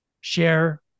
share